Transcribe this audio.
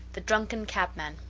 the drunken cabman